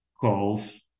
calls